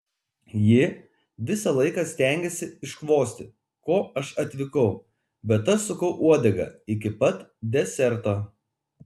ji visą laiką stengėsi iškvosti ko aš atvykau bet aš sukau uodegą iki pat deserto